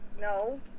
no